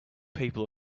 people